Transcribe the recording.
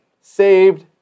saved